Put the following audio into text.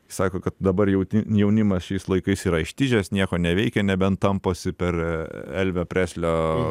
sako kad dabar jauti jaunimas šiais laikais yra ištižęs nieko neveikia nebent tamposi per elvio preslio